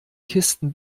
kisten